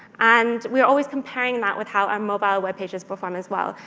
and we are always comparing that with how our mobile web pages perform, as well.